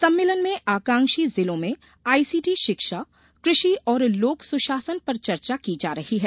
सम्मेलन में आकांक्षी जिलों में आईसीटी शिक्षा कृषि और लोक सुशासन पर चर्चा की जा रही है